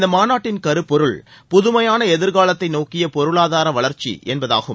இந்த மாநாட்டின் கருப்பொருள் புதுமையான எதிர்காலத்தை நோக்கிய பொருளாதார வளர்ச்சி என்பதாகும்